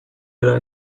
below